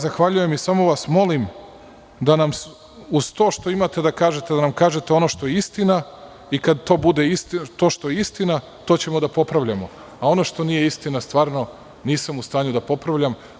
Zahvaljujem vam se i samo vas molim da nam to uz to što imate da kažete, da nam kažete ono što je istina i to što je istina, to ćemo da popravljamo, a ono što nije istina, zaista nisam u stanju da popravljam.